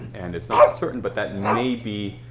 and it's not certain but that may be,